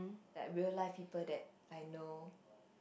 like real life people that I know